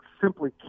Simply